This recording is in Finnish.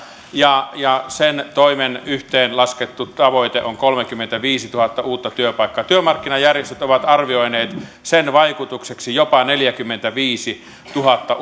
ja ja sen toimen yhteenlaskettu tavoite on kolmekymmentäviisituhatta uutta työpaikkaa työmarkkinajärjestöt ovat arvioineet sen vaikutukseksi jopa neljäkymmentäviisituhatta